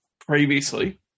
previously